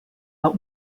war